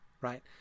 right